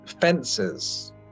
fences